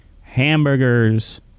hamburgers